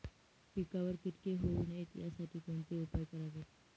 पिकावर किटके होऊ नयेत यासाठी कोणते उपाय करावेत?